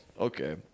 okay